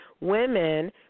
women